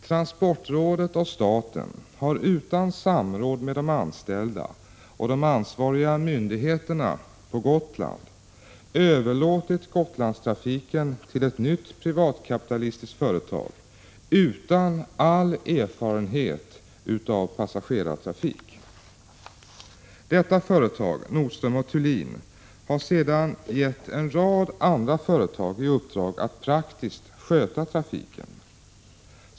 Transportrådet och staten har utan samråd med de anställda och de ansvariga myndigheterna på Gotland överlåtit Gotlandstrafiken till ett nytt privatkapitalistiskt företag utan all erfarenhet av passagerartrafik. Detta företag, Nordström & Thulin, har sedan gett en rad andra företag i uppdrag att praktiskt sköta trafiken.